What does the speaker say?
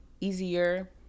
easier